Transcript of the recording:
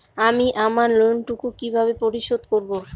আমি আমার লোন টুকু কিভাবে পরিশোধ করব?